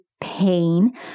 pain